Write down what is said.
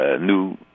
new